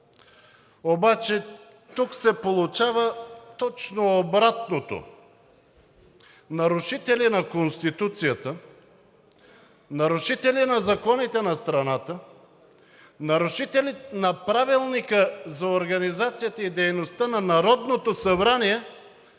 Обаче тук се получава точно обратното – нарушители на Конституцията, нарушители на законите на страната, нарушители на Правилника за организацията и дейността на Народното събрание